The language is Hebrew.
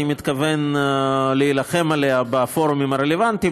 אני מתכוון להילחם עליה בפורומים הרלוונטיים,